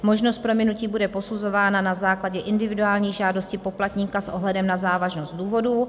Možnost prominutí bude posuzována na základě individuální žádosti poplatníka s ohledem na závažnost důvodů.